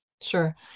sure